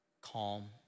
calm